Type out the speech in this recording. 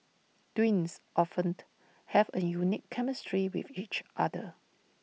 twins often have A unique chemistry with each other